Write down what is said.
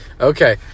Okay